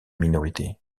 minorités